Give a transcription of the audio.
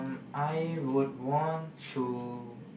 I would want to